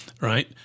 right